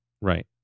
Right